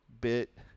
bit